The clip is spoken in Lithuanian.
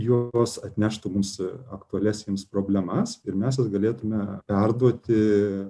jos atneštų mums aktualias jiems problemas ir mes jas galėtume perduoti